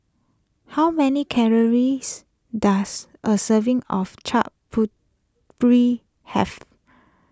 how many calories does a serving of Chaat Papri have